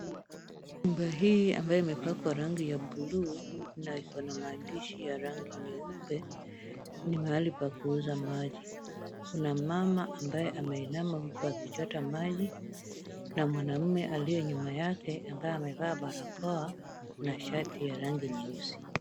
Nyumba hii ambayo imepakwa rangi ya buluu na ikona maandishi ya rangi nyeupe ni mahali pa kuuza maji. Kuna mama ambaye ameinama huku akichota maji na mwanaume aliye nyuma yake ambaye amevaa barakoa na shati ya rangi nyeusi.